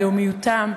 לאומיותם,